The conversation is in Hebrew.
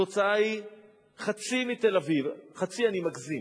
התוצאה היא שחצי מתל-אביב, חצי אני מגזים,